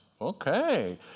Okay